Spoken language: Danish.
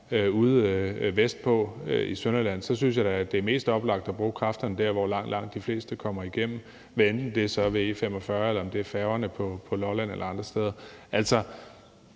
ude vestpå i Sønderjylland, så synes, at det er mest oplagt at bruge kræfterne der, hvor langt, langt de fleste kommer igennem, hvad enten det så er ved E45 eller det er ved færgerne på Lolland eller andre steder. Altså,